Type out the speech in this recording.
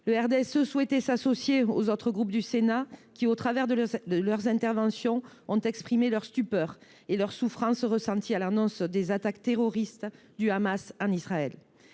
Le RDSE souhaite s’associer aux autres groupes politiques du Sénat qui, au fil des interventions, ont exprimé la stupeur et la souffrance ressenties à l’annonce des attaques terroristes du Hamas en Israël.